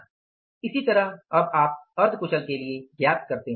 इसी तरह आप इसे अर्ध कुशल के लिए ज्ञात करेंगे